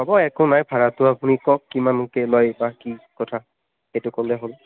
হ'ব একো নাই ভাড়াটো আপুনি কওক কিমানকৈ লয় বা কি কথা সেইটো ক'লে হ'ল